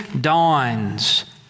dawns